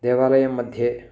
देवालयं मध्ये